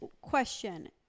question